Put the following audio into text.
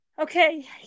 okay